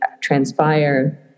transpire